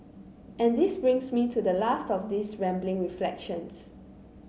and this brings me to the last of these rambling reflections